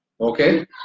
Okay